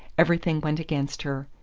everything went against her.